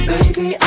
Baby